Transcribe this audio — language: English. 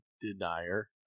denier